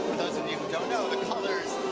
those of you who don't know the colors